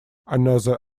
another